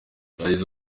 yagize